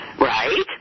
right